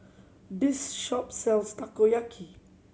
this shop sells Takoyaki